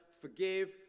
forgive